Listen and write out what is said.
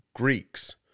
Greeks